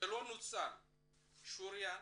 שלא נוצל שוריין